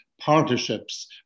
partnerships